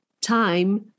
time